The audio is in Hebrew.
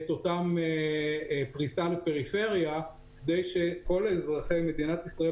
את אותה פריסה לפריפריה כדי שכל אזרחי מדינת ישראל